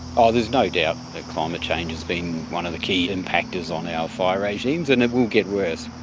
ah there's no doubt that climate change has been one of the key impactors on our fire regimes and it will get worse.